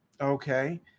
okay